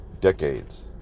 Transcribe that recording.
decades